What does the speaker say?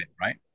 right